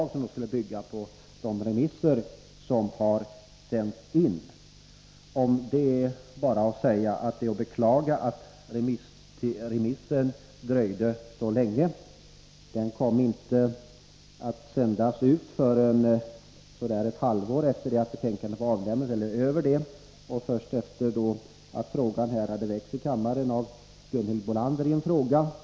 Det förslaget kommer att bygga på de remissyttranden som har säntsin. Det äratt — Nr 30 beklaga att det dröjde så länge innan utredningen sändes ut på remissbehand ; Onsdagen den ling. Den kom inte att skickas ut på remissbehandling förrän ungefär ett 23 november 1983 halvår eller mer efter det att betänkandet var avlämnat och först efter den tidpunkt då ärendet hade väckts här i kammaren av Gunhild Bolander, som Vissa handikappställt en fråga.